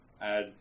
add